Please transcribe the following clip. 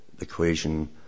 equation